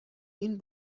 این